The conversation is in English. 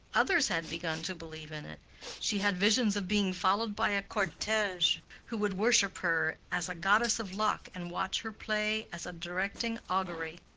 others had begun to believe in it she had visions of being followed by a cortege who would worship her as a goddess of luck and watch her play as a directing augury.